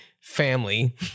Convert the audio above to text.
family